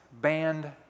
banned